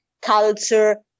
culture